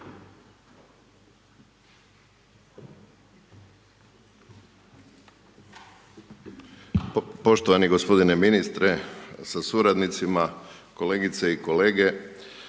Poštovani g. ministre sa suradnicima kolegice i kolege.